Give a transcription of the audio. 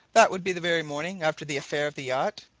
that would be the very morning after the affair of the yacht?